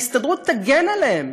ההסתדרות תגן עליהם.